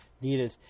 needed